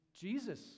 Jesus